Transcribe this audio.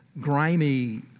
grimy